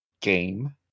Game